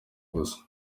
gusa